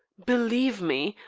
believe me,